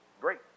great